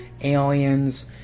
aliens